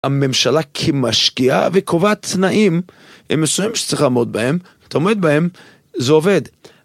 הממשלה כמשקיעה וקובעת תנאים מסוימים שצריך לעמוד בהם, אתה עומד בהם, זה עובד.